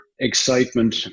excitement